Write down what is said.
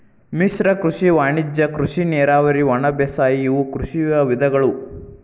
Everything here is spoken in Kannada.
ಮಿಶ್ರ ಕೃಷಿ ವಾಣಿಜ್ಯ ಕೃಷಿ ನೇರಾವರಿ ಒಣಬೇಸಾಯ ಇವು ಕೃಷಿಯ ವಿಧಗಳು